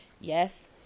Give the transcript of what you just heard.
Yes